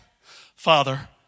Father